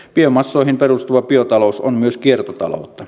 biomassoihin perustuva biotalous on myös kiertotaloutta